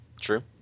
True